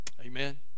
Amen